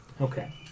Okay